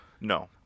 No